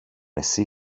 εσύ